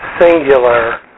singular